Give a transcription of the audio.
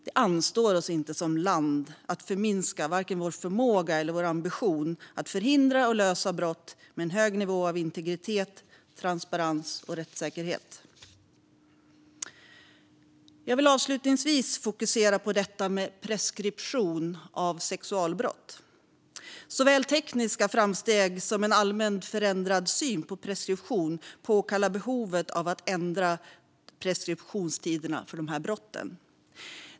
Det anstår oss inte som land att förminska vare sig vår förmåga eller vår ambition att förhindra och lösa brott med en hög nivå av integritet, transparens och rättssäkerhet. Jag vill avslutningsvis fokusera på detta med preskription av sexualbrott. Såväl tekniska framsteg som en allmänt ändrad syn på preskription påkallar att man ändrar preskriptionstiderna för dessa brott.